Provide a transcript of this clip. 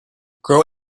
grow